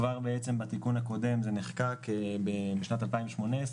כבר בתיקון הקודם זה נחקק בשנת 2018,